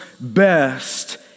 best